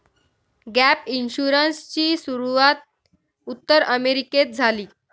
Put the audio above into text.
gap इन्शुरन्सची सुरूवात उत्तर अमेरिकेत झाली